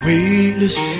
Weightless